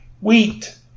Wheat